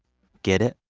get it?